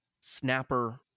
Snapper